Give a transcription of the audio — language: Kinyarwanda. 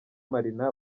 marina